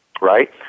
right